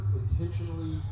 intentionally